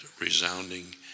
resounding